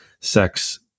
sex